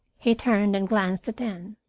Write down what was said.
he turned and glanced at anne.